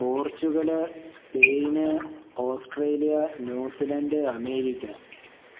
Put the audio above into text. Portugal Spain Australia New Zealand America